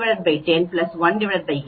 sqrt 110 18